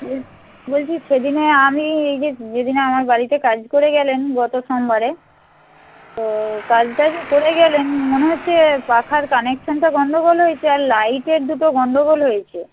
বলছি সেদিনে আমি এই যে যেদিনে আমার বাড়িতে কাজ করে গেলেন গত সোমবারে তো কাজটা যে করে গেলেন মনে হচ্ছে পাখার কানেকশানটা গণ্ডগোল হয়েছে আর লাইটের দুটো গণ্ডগোল হয়েছে